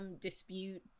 dispute